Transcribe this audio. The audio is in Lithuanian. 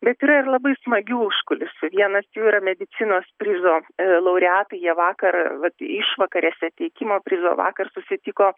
bet yra ir labai smagių užkulisių vienas jų yra medicinos prizo laureatai jie vakar vat išvakarėse teikimo prizo vakar susitiko